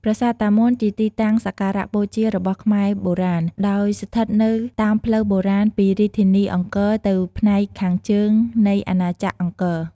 ប្រាសាទតាមាន់ជាទីតាំងសក្ការៈបូជារបស់ខ្មែរបុរាណ ដោយស្ថិតនៅតាមផ្លូវបុរាណពីរាជធានីអង្គរទៅផ្នែកខាងជើងនៃអាណាចក្រអង្គរ។